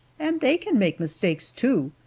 and they can make mistakes, too,